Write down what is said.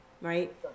right